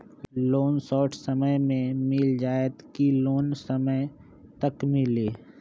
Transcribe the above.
Loan short समय मे मिल जाएत कि लोन समय तक मिली?